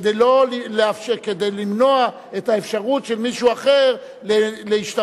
כדי למנוע את האפשרות של מישהו אחר להשתמש